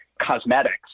Cosmetics